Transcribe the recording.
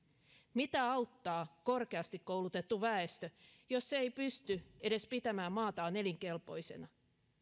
mitä auttaa korkeasti koulutettu väestö jos se ei pysty edes pitämään maataan elinkelpoisena